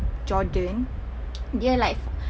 jordan dia like